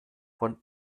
von